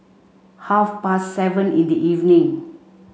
half past seven in the evening